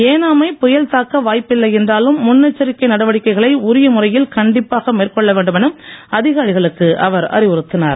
ஏனாமை புயல் தாக்க வாய்ப்பில்லை என்றாலும் முன்னெச்சரிக்கை நடவடிக்கைளை உரிய முறையில் கண்டிப்பாக மேற்கொள்ள வேண்டும் என அதிகாரிகளுக்கு அவர் அறிவுறுத்தினார்